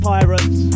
Pirates